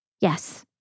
Yes